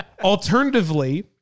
Alternatively